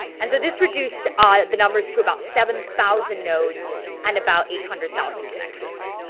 and so this reduced ah the numbers to about seven thousand nodes and about eight hundred thousand connections.